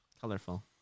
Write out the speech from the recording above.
Colorful